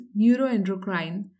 neuroendocrine